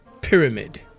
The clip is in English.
pyramid